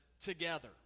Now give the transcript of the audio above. together